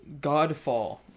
Godfall